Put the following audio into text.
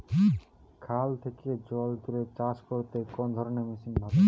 খাল থেকে জল তুলে চাষ করতে কোন ধরনের মেশিন ভালো?